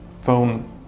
phone